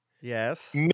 Yes